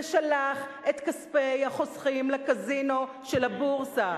ושלח את כספי החוסכים לקזינו של הבורסה,